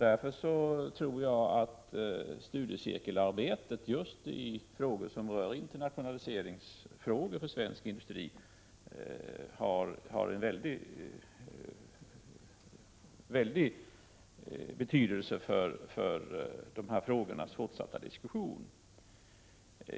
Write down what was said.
Därför tror jag att studiecirklar just i internationaliseringsfrågor har stor betydelse för svensk industri i den fortsatta diskussionen.